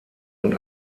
und